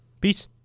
Peace